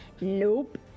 nope